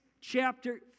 chapter